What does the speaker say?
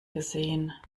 gesehen